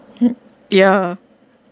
hmm ya